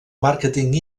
màrqueting